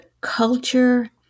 culture